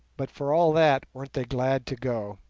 but for all that, weren't they glad to go.